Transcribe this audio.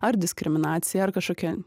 ar diskriminaciją ar kažkokią